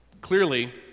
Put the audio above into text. Clearly